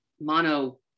mono